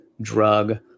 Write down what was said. drug